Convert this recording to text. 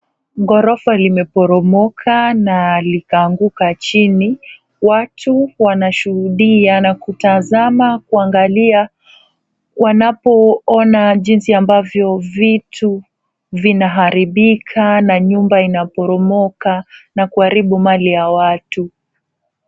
Ghorofa limeporomoka na likaanguka chini. Watu wanashuhudia na kutazama, kuangalia wanapoona jinsi ambavyo vitu vinaharibika na nyumba inaporomoka na kuharibu mali ya watu.